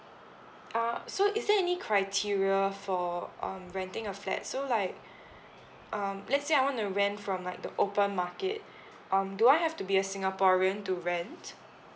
uh so is there any criteria for um renting a flat so like um let's say I wanted to rent from like the open market um do I have to be a singaporean to rent